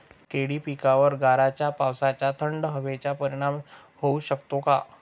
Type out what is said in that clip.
केळी पिकावर गाराच्या पावसाचा, थंड हवेचा परिणाम होऊ शकतो का?